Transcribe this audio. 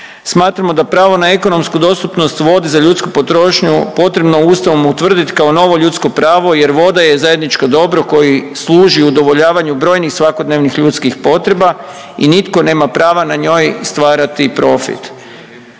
Smatramo da pravo na ekonomsku dostupnost vode za ljudsku potrošnju potrebno Ustavom utvrditi kao novo ljudsko pravo jer voda je zajedničko dobro koji služi udovoljavanju svakodnevnih ljudskih potreba i nitko nema prava na njoj stvarati profit.